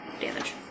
damage